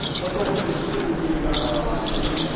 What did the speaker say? that's all for this trip review guys thanks for tuning in,